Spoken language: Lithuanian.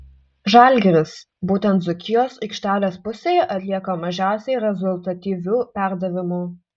žalgiris būtent dzūkijos aikštelės pusėje atlieka mažiausiai rezultatyvių perdavimų